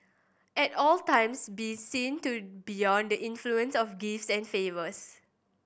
at all times be seen to beyond the influence of gifts and favours